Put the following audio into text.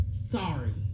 sorry